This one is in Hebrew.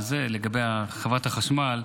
לגבי חברת החשמל,